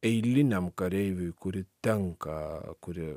eiliniam kareiviui kuri tenka kuri